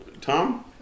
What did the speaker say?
Tom